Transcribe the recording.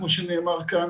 כמו שנאמר כאן.